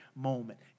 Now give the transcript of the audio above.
moment